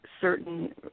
certain